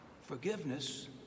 Forgiveness